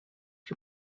can